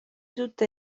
tutta